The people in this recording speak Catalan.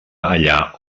allà